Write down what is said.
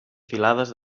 filades